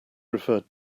referred